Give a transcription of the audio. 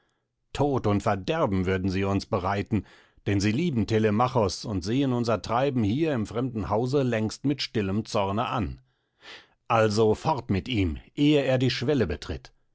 tod und verderben würden sie uns bereiten denn sie lieben telemachos und sehen unser treiben hier im fremden hause längst mit stillem zorne an also fort mit ihm ehe er die schwelle betritt